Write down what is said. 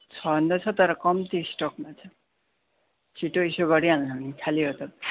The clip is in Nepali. छनु त छ तर कम्ती स्टकमा छ छिटो इस्यू गरिहाल्नु नि खालि एउटा